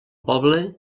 poble